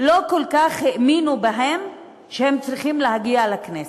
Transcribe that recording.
לא כל כך האמינו בהם שהם צריכים להגיע לכנסת.